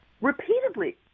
repeatedly